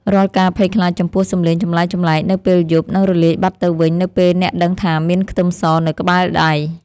រាល់ការភ័យខ្លាចចំពោះសំឡេងចម្លែកៗនៅពេលយប់នឹងរលាយបាត់ទៅវិញនៅពេលអ្នកដឹងថាមានខ្ទឹមសនៅក្បែរដៃ។